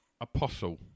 Apostle